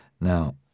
Now